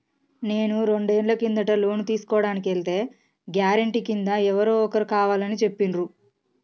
నేను రెండేళ్ల కిందట లోను తీసుకోడానికి ఎల్తే గారెంటీ కింద ఎవరో ఒకరు కావాలని చెప్పిండ్రు